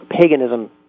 paganism